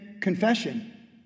confession